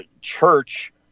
church